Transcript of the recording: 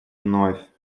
вновь